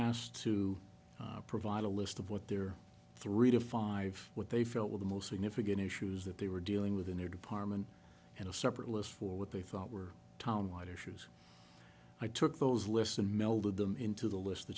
asked to provide a list of what their three to five what they felt were the most significant issues that they were dealing with in their department and a separate list for what they thought were town wider issues i took those lists and melded them into the list th